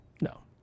No